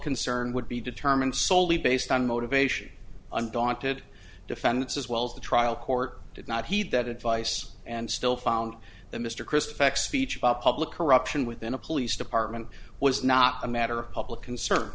concern would be determined solely based on motivation undaunted defendants as well as the trial court did not heed that advice and still found that mr kristof ex speech public corruption within a police department was not a matter of public concern